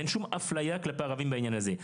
ואין שום אפליה כלפי ערבים בעניין הזה.